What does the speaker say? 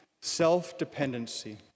Self-dependency